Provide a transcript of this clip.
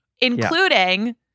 Including